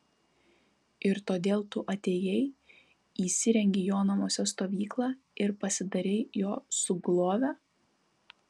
ir todėl tu atėjai įsirengei jo namuose stovyklą ir pasidarei jo sugulove